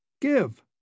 Give